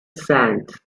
sands